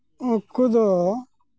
ᱱᱩᱠᱩ ᱫᱚ